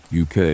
UK